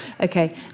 Okay